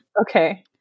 Okay